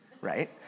Right